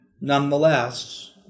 Nonetheless